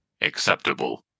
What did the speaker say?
acceptable